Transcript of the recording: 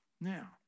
Now